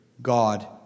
God